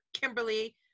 Kimberly